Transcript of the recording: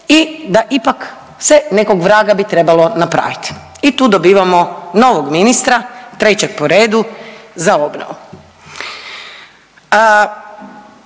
i da ipak se nekog vraga bi trebalo napraviti i tu dobivamo novog ministra, trećeg po redu za obnovu.